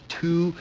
two